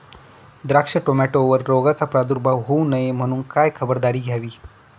द्राक्ष, टोमॅटोवर रोगाचा प्रादुर्भाव होऊ नये म्हणून काय खबरदारी घ्यावी?